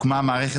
אין לי חובה,